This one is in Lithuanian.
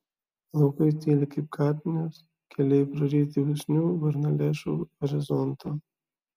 laukai tyli kaip kapinės keliai praryti usnių varnalėšų horizonto